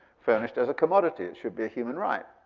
furnished as a commodity, it should be a human right.